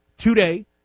Today